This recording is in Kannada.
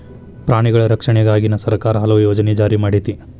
ಪ್ರಾಣಿಗಳ ರಕ್ಷಣೆಗಾಗಿನ ಸರ್ಕಾರಾ ಹಲವು ಯೋಜನೆ ಜಾರಿ ಮಾಡೆತಿ